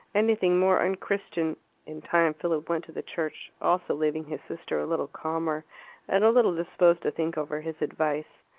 anything more unchristian in time philip went to the church also, leaving his sister a little calmer and a little disposed to think over his advice.